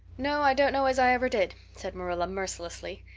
no, i don't know as i ever did, said marilla mercilessly,